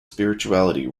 spirituality